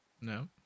No